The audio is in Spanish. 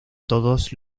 todos